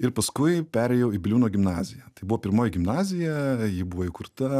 ir paskui perėjau į biliūno gimnaziją tai buvo pirmoji gimnazija ji buvo įkurta